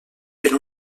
per